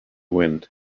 wind